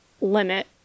limit